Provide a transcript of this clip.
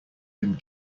him